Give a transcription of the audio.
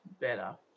better